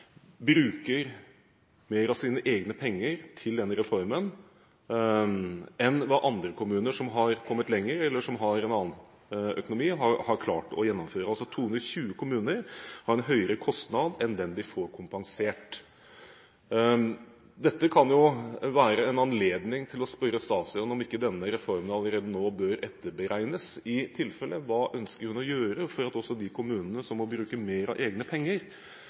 bruker mer av sine egne penger til denne reformen enn andre kommuner som har kommet lenger i gjennomføringen, eller som har en annen økonomi. 220 kommuner har altså en høyere kostnad enn den de får kompensert. Dette kan jo være en anledning til å spørre statsråden om det ikke er tilfellet at denne reformen allerede nå bør etterberegnes. Hva ønsker hun å gjøre for at også de kommunene som må bruke mer av egne penger,